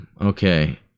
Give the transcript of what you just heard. okay